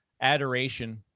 adoration